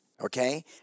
okay